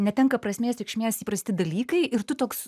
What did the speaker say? netenka prasmės reikšmės įprasti dalykai ir tu toks